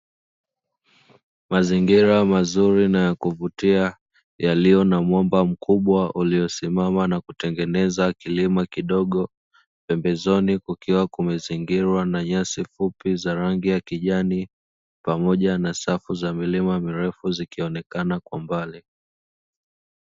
Mazingira mazuri na yakuvutia yalio na mwamba mkubwa uliosimama na kutengeneza kilima kidogo pembezoni kukiwa kumezingirwa na nyasi fupi za rangi ya kijani pamoja na safu za milima mirefu zikionekana kwa mbali.